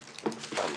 לפחות,